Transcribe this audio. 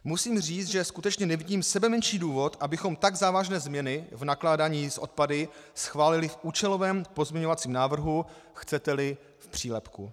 Musím říci, že skutečně nevidím sebemenší důvod, abychom tak závažné změny v nakládání s odpady schválili v účelovém pozměňovacím návrhu, chceteli, v přílepku.